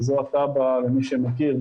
שזו התב"ע למי שמכיר,